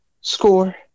score